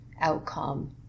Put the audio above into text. outcome